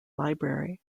library